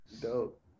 Dope